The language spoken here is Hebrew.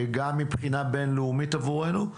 וגם מבחינה בין-לאומית עבורנו,